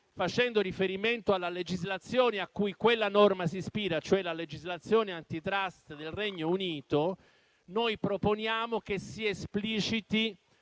facendo riferimento alla legislazione a cui quella norma si ispira, cioè la legislazione *antitrust* del Regno Unito, proponiamo che si espliciti